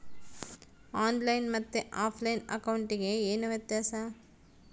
On line ಮತ್ತೆ offline ಅಕೌಂಟಿಗೆ ಏನು ವ್ಯತ್ಯಾಸ?